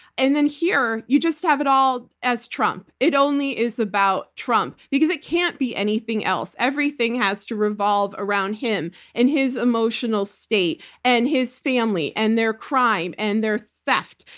and then here, you just have it all as trump. it only is about trump, because it can't be anything else. everything has to revolve around him and his emotional state and his family and their crime and their theft,